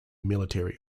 military